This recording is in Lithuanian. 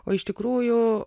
o iš tikrųjų